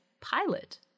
Pilot